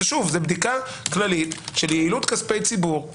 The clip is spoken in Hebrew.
זו בדיקה כללית של יעילות כספי ציבור.